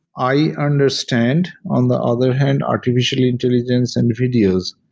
i understand on the other hand, artificial intelligence and videos.